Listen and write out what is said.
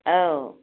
औ